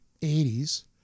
80s